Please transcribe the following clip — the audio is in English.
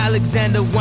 Alexander